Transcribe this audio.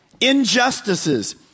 injustices